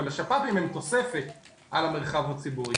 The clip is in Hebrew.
אבל השפפ"ים הם תוספת על המרחב הציבורי.